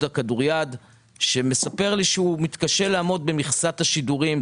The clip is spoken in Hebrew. הכדור-יד שמספר לי שהוא מתקשה לעמוד במכסת השידורים.